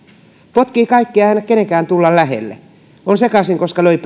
potkii kaikkea eikä anna kenenkään tulla lähelle on sekaisin koska löi